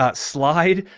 ah slide,